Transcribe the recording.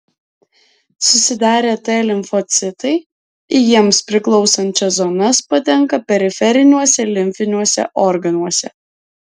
susidarę t limfocitai į jiems priklausančias zonas patenka periferiniuose limfiniuose organuose